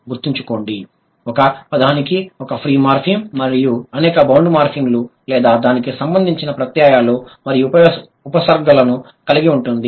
గుర్తుంచుకోండి ఒక పదానికి ఒక ఫ్రీ మార్ఫిమ్ మరియు అనేక బౌండ్ మార్ఫిమ్లు లేదా దానికి సంబంధించిన ప్రత్యయాలను మరియు ఉపసర్గలను కలిగి ఉంటుంది